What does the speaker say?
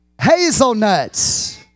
hazelnuts